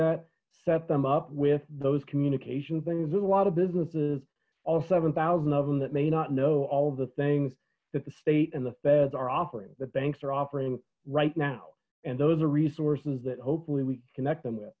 that set them up with those communication things there's a lot of businesses all seven thousand of them that may not know all the things that the state and the feds are offering the banks are offering right now and those are resources that hopefully we connect them with